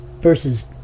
versus